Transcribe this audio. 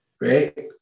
right